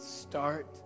start